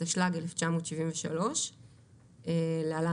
התשל"ג-1973 (להלן,